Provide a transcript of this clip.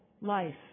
life